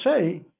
say